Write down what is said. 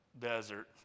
desert